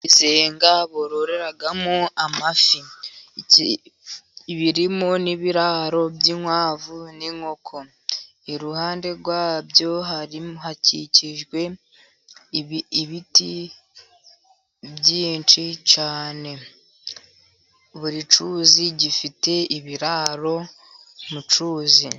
Ibizenga bororeramo amafi, birimo n'ibiraro by'inkwavu n'inkoko. Iruhande rwabyo hakikijwe ibiti byinshi cyane, buri cyuzi gifite ibiraro mu cyuzi.